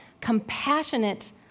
compassionate